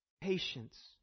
patience